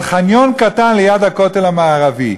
אבל חניון קטן ליד הכותל המערבי,